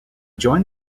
joined